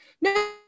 No